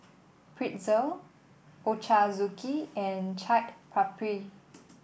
Pretzel Ochazuke and Chaat Papri